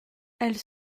elles